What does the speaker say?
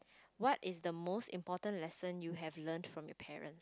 what is the most important lesson you have learnt from your parent